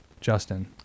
Justin